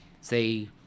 say